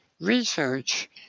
research